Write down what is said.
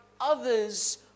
others